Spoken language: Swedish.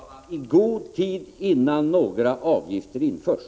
Fru talman! I god tid innan några avgifter införs.